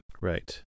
Right